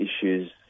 issues